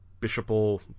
bishopal